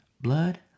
blood